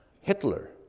Hitler